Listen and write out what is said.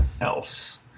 else